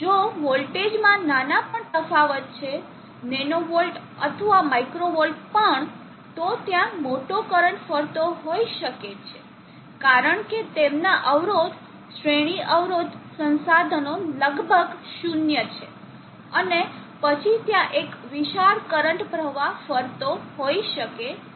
જો વોલ્ટેજમાં નાના પણ તફાવત છે નેનો વોલ્ટ અથવા માઇક્રો વોલ્ટ પણ તો ત્યાં મોટો કરંટ ફરતો હોઈ શકે છે કારણ કે તેમના અવરોધ શ્રેણી અવરોધ સંસાધનો લગભગ શૂન્ય છે અને પછી ત્યાં એક વિશાળ કરંટ પ્રવાહ ફરતો હોઈ શકે છે